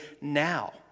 now